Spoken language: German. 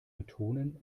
betonen